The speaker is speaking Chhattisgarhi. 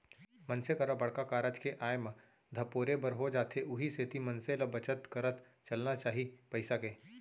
मनसे करा बड़का कारज के आय म धपोरे बर हो जाथे उहीं सेती मनसे ल बचत करत चलना चाही पइसा के